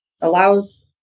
allows